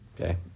Okay